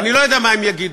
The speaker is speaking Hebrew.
אני לא יודע מה הם יגידו.